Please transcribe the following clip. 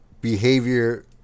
behavior